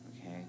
okay